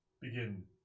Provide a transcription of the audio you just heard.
Begin